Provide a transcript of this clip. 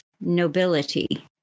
nobility